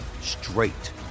straight